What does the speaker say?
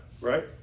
right